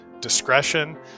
discretion